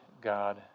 God